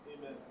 Amen